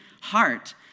heart